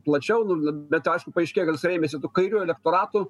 plačiau bet aišku paaiškėjo kad jis rėmėsi tuo kairiuoju elektoratu